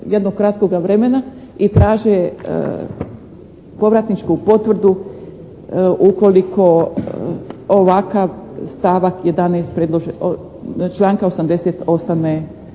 i traže povratničku potvrdu ukoliko ovakav stavak 11. članka 80. ostane